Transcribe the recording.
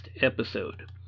episode